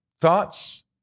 Thoughts